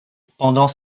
pendant